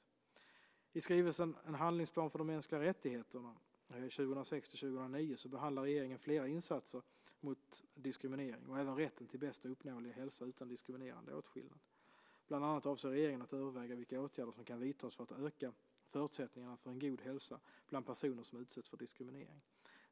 I skrivelsen 2005/06:95 En nationell handlingsplan för de mänskliga rättigheterna 2006-2009 behandlar regeringen flera insatser mot diskriminering och även rätten till bästa uppnåeliga hälsa utan diskriminerande åtskillnad. Bland annat avser regeringen att överväga vilka åtgärder som kan vidtas för att öka förutsättningarna för en god hälsa bland personer som utsätts för diskriminering.